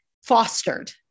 fostered